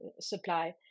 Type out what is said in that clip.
supply